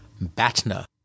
BATNA